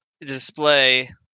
display